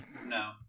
No